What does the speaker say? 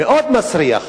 מאוד מסריח